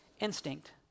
instinct